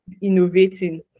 innovating